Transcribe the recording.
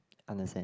understand